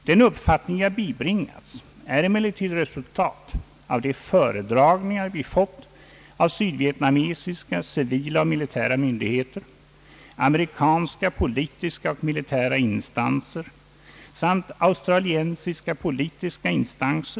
Den uppfattning jag bibringats är emellertid resultatet av de föredragningar vi fått av sydvietnamesernas civila och militära myndigheter, av amerikanska politiska och militära instanser samt av australienska politiska instanser.